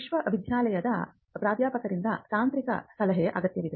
ವಿಶ್ವವಿದ್ಯಾಲಯದ ಪ್ರಾಧ್ಯಾಪಕರಿಂದ ತಾಂತ್ರಿಕ ಸಲಹೆಯ ಅಗತ್ಯವಿದೆ